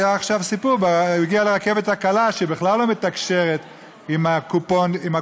היה עכשיו סיפור: הוא הגיע לרכבת הקלה שבכלל לא מתקשרת עם הקופות.